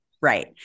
Right